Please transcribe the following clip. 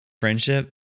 friendship